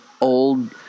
old